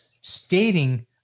stating